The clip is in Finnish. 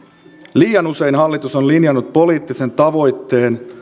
liian usein hallitus on linjannut poliittisen tavoitteen